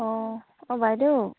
অঁ অঁ বাইদেউ